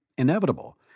inevitable